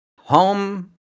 home